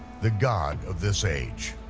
the god of this age.